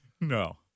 No